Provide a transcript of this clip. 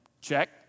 check